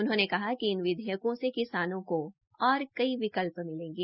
उन्होंने कहा कि इन विधेयकों से किसानों को और कई विकल्प मिलेंगे